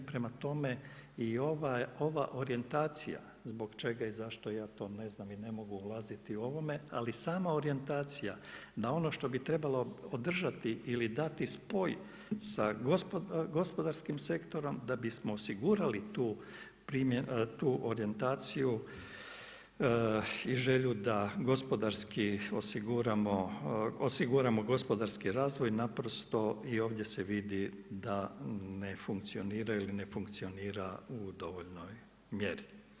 Prema tome i ova orijentacija zbog čega i zašto ja to ne znam i ne mogu ulaziti u ovome, ali sama orijentacija na ono što bi trebalo održati ili dati spoj sa gospodarskim sektorom, da bismo osigurali tu orijentaciju i želju da gospodarski, osiguramo gospodarski razvoj naprosto i ovdje se vidi da ne funkcionira ili ne funkcionira u dovoljnoj mjeri.